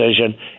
decision